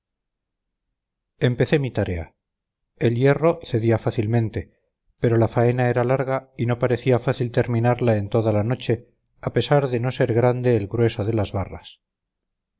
empecé mi tarea el hierro cedía fácilmente pero la faena era larga y no parecía fácil terminarla en toda la noche a pesar de no ser grande el grueso de las barras